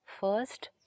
First